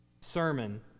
sermon